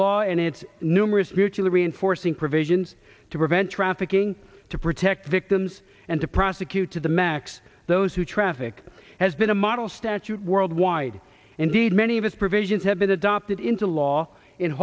law and its numerous mutually reinforcing provisions to prevent trafficking to protect victims and to prosecute to the max those who traffic has been a model statute worldwide indeed many of its provisions have been adopted into law in